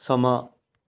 ਸਮਾਂ